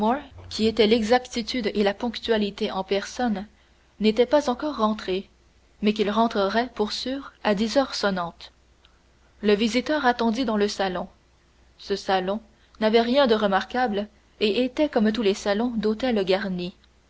qui était l'exactitude et la ponctualité en personne n'était pas encore rentré mais qu'il rentrerait pour sûr à dix heures sonnantes le visiteur attendit dans le salon ce salon n'avait rien de remarquable et était comme tous les salons d'hôtel garni